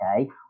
Okay